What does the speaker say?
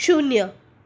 શૂન્ય